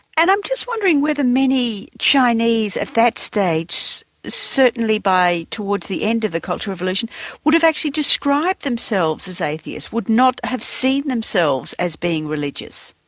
and i'm just wondering whether many chinese at that stage certainly by towards the end of the cultural revolution would have actually described themselves as atheist, would not have seen themselves as being religious.